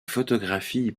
photographies